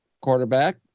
quarterback